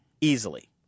easily